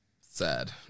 Sad